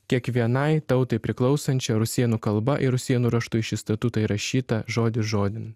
kiekvienai tautai priklausančią rusėnų kalba ir rusėnų raštu į šį statutą įrašyta žodis žodin